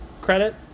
credit